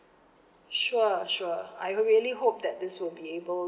sure sure I really hope that this will be able